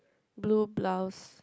blue blouse